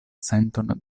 senton